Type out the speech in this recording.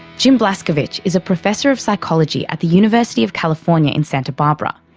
jim blascovich is a professor of psychology at the university of california in santa barbara.